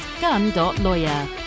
gun.lawyer